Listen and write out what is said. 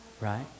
right